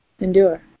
endure